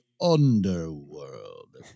underworld